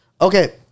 Okay